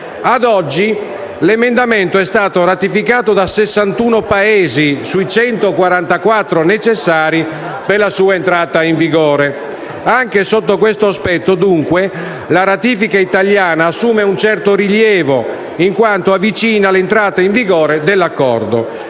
Ad oggi l'Emendamento è stato ratificato da 61 Paesi, sui 144 necessari per la sua entrata in vigore. Anche sotto questo aspetto, dunque, la ratifica italiana assume un certo rilievo, in quanto avvicina l'entrata in vigore dell'Accordo.